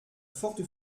forte